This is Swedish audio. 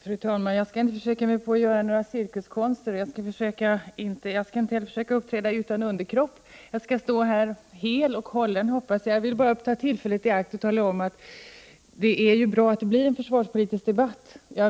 Fru talman! Jag skall inte försöka göra några cirkuskonster och inte heller uppträda utan underkropp, utan jag skall stå här hel och hållen. Men jag vill ta tillfället i akt att tala om att det är bra att det blir en försvarspolitisk debatt.